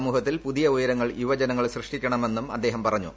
സമൂഹൃത്തിൽ പുതിയ ഉയരങ്ങൾ യുവജനങ്ങൾ സൃഷ്ടിക്കണമെന്നും ്രിഅദ്ദേഹം പറഞ്ഞു